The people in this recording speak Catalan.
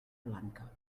blanca